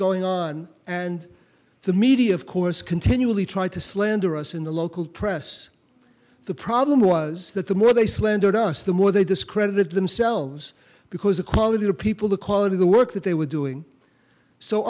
going on and the media of course continually tried to slander us in the local press the problem was that the more they slandered us the more they discredited themselves because the quality the people the quality the work that they were doing so